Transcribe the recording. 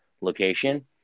location